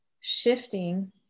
shifting